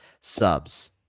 subs